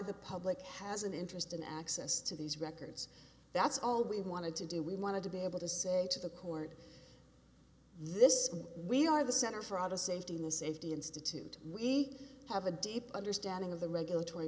the public has an interest in access to these records that's all we wanted to do we wanted to be able to say to the court this we are the center for auto safety in this if the institute we have a deep understanding of the regulatory